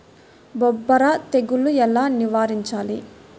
బొబ్బర తెగులు ఎలా నివారించాలి?